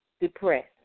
depressed